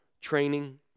training